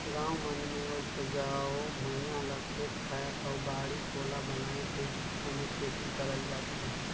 गाँव मन मे उपजऊ भुइयां ल खेत खायर अउ बाड़ी कोला बनाये के ओम्हे खेती करल जाथे